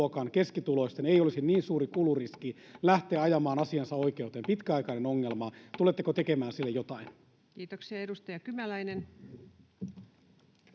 keskituloisten ei olisi niin suuri kuluriski lähteä ajamaan asiaansa oikeuteen? Pitkäaikainen ongelma, tuletteko tekemään sille jotain? Kiitoksia. — Edustaja Kymäläinen.